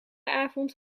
avond